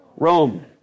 Rome